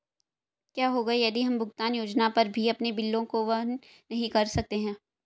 क्या होगा यदि हम भुगतान योजना पर भी अपने बिलों को वहन नहीं कर सकते हैं?